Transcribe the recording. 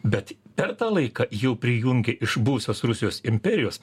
bet per tą laiką jų prijungė iš buvusios rusijos imperijos